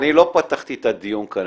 אני לא פתחתי את הדיון כאן,